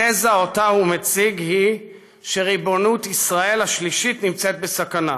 התזה שהוא מציג היא שריבונות ישראל השלישית נמצאת בסכנה.